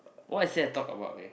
what is there to talk about eh